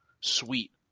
sweet